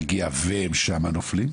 שמגיע והם שם נופלים?